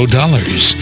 dollars